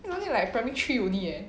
he's only like primary three only leh